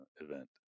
event